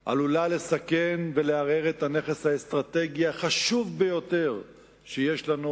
עלולה לסכן ולערער את הנכס האסטרטגי החשוב ביותר שיש לנו,